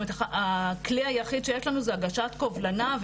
הכלי היחיד שיש לנו זה הגשת קובלנה,